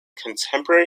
contemporary